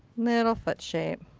little foot shape.